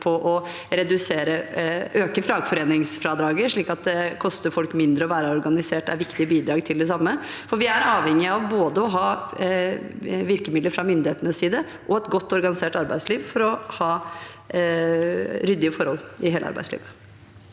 med å øke fagforeningsfradraget, slik at det koster folk mindre å være organisert, er et viktig bidrag til det samme, for vi er avhengig av både å ha virkemidler fra myndighetenes side og et godt organisert arbeidsliv for å ha ryddige forhold i hele arbeidslivet.